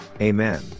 Amen